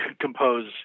compose